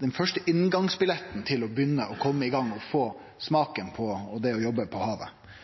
den første inngangsbilletten til å begynne å kome i gang og få smaken på det å jobbe på havet.